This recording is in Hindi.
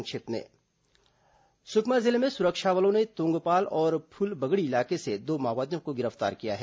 संक्षिप्त समाचार सुकमा जिले में सुरक्षा बलों ने तोंगपाल और फूलबगड़ी इलाके से दो माओवादियों को गिरफ्तार किया है